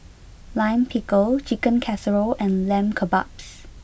Lime Pickle Chicken Casserole and Lamb Kebabs